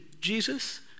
Jesus